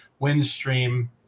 Windstream